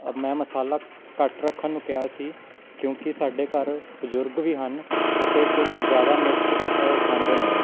ਅ ਮੈਂ ਮਸਾਲਾ ਘੱਟ ਰੱਖਣ ਨੂੰ ਕਿਹਾ ਸੀ ਕਿਉਂਕਿ ਸਾਡੇ ਘਰ ਬਜ਼ੁਰਗ ਵੀ ਹਨ ਅਤੇ ਕੁਛ ਜ਼ਿਆਦਾ ਮਿਰਚ ਅ ਖਾਂਦੇ ਨਹੀਂ